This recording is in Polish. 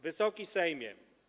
Wysoki Sejmie!